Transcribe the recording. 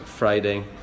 Friday